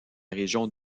région